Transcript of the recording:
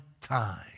time